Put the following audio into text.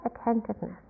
attentiveness